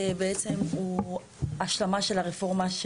בעצם הוא השלמה של הרפורמה,